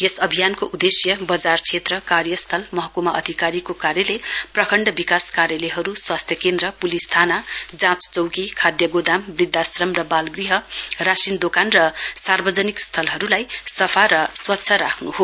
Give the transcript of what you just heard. यस अभियानको उद्देश्य बजार क्षेत्र कार्यस्थल महकुमा अधिकारीको कार्यालय प्रखण्ड विकास कार्यालयहरू स्वास्थ्य केन्द्र पुलिस थाना जाँच चौकी खाद्य गोदाम वृद्धाश्रण तथा बाल गृह राशिन दोकान र सार्वजनिक स्थलहरूलाई सफा र स्वच्छ राख्नु हो